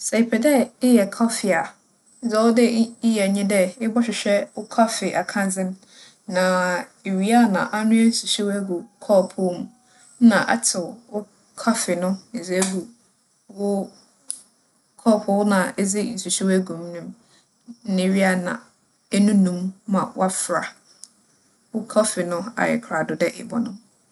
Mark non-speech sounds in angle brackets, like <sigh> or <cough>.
Sɛ epɛ dɛ eyɛ kͻfe a, dza ͻwͻ dɛ ey - eyɛ nye dɛ ebͻhwehwɛ wo kͻfe akadze no. Na iwie a na anoa nsuhyew egu kͻͻpoow mu, nna atsew wo kͻfe no edze <noise> egu wo <noise> kͻͻpoow no a edze nsuhyew egu mu no. Na ewie a na enunu mu ma wͻafora. Wo kͻfe no ayɛ krado dɛ ebͻnom.